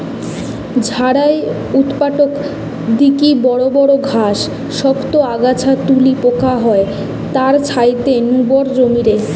ঝাড়াই উৎপাটক দিকি বড় বড় ঘাস, শক্ত আগাছা তুলি পোকা হয় তার ছাইতে নু বড় জমিরে